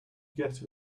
get